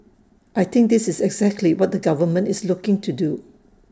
I think this is exactly what the government is looking to do